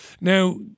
Now